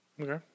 Okay